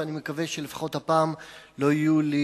ואני מקווה שלפחות הפעם לא יהיו לי